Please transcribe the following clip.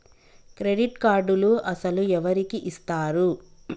Credit కార్డులు అసలు ఎవరికి ఇస్తారు?